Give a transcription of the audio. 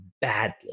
badly